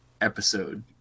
episode